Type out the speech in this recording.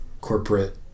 corporate